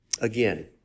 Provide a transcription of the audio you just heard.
Again